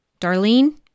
Darlene